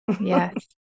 Yes